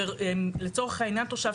לצורך העניין תושב,